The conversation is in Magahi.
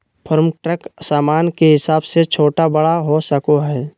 फार्म ट्रक सामान के हिसाब से छोटा बड़ा हो सको हय